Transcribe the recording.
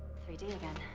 three d again.